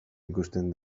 ikusten